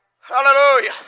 Hallelujah